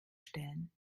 stellen